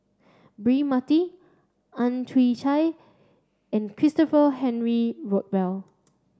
Braema Mathi Ang Chwee Chai and Christopher Henry Rothwell